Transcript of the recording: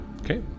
Okay